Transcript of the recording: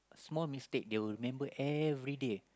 small mistake they will remember everyday